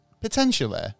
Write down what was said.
Potentially